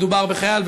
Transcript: מדובר בחייל.